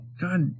God